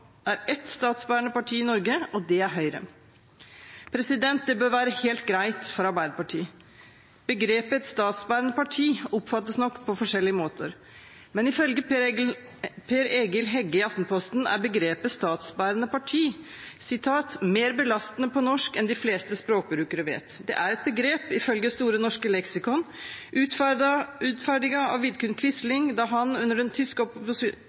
er ett statsbærende parti i Norge, og det er Høyre. Det bør være helt greit for Arbeiderpartiet. Begrepet «statsbærende parti» oppfattes nok på forskjellige måter, men ifølge Per Egil Hegge i Aftenposten er begrepet «statsbærende parti» mer belastende på norsk enn de fleste språkbrukere vet. Det er et begrep som ifølge Store norske leksikon ble utferdiget av Vidkun Quisling da han under den tyske okkupasjonen av Norge utferdiget en «lov om parti og stat», hvor Nasjonal Samling etter tysk